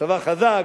צבא חזק,